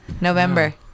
November